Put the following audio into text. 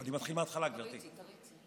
אני מתחיל מההתחלה, גברתי.